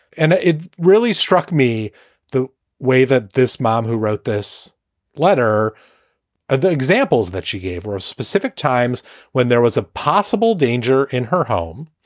and ah it really struck me the way that this mom who wrote this letter and the examples that she gave or of specific times when there was a possible danger in her home.